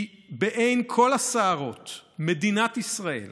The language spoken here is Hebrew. כי בעין כל הסערות מדינת ישראל,